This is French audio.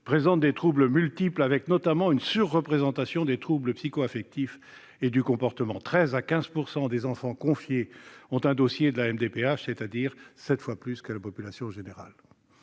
présentent des troubles multiples, avec notamment une surreprésentation des troubles psychoaffectifs et du comportement : 13 % à 15 % des enfants confiés ont un dossier auprès d'une MDPH, c'est-à-dire sept fois plus que la population générale